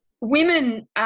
women